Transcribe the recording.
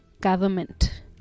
government